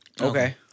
Okay